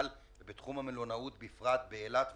ובפרט בתחום המלונאות גם באילת ובטבריה,